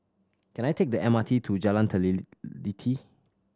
can I take the M R T to Jalan